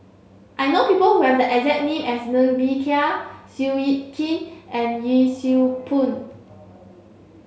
I know people who have the exact name as Ng Bee Kia Seow Yit Kin and Yee Siew Pun